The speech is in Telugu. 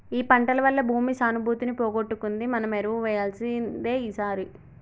ఈ పంటల వల్ల భూమి సానుభూతిని పోగొట్టుకుంది మనం ఎరువు వేయాల్సిందే ఈసారి